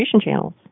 channels